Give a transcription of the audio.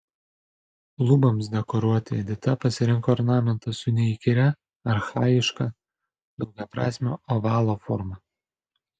luboms dekoruoti edita pasirinko ornamentą su neįkyria archajiška daugiaprasme ovalo forma